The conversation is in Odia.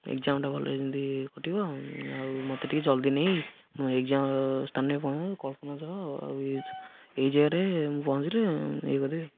ଏଗ୍ଜାମଟା ଭଲରେ ଯେମିତି କଟିବ ଆଉ ମୋତେ ଟିକେ ଜଲ୍ଦି ନେଇ ମୁଁ ଏଗ୍ଜାମ ସ୍ଥାନରେ ପହଞ୍ଚେଇ କଳ୍ପନା ଛକ ଆଉ ଏଇ ଜାଗାରେ ମୁଁ ପହଁଞ୍ଚେଲେ ଇଏ କରିଦେବି